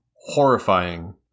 horrifying